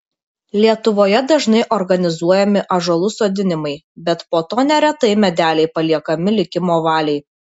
lietuvoje dažnai organizuojami ąžuolų sodinimai bet po to neretai medeliai paliekami likimo valiai